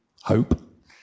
hope